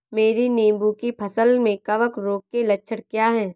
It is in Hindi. मेरी नींबू की फसल में कवक रोग के लक्षण क्या है?